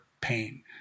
pain